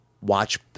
watch